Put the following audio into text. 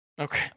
Okay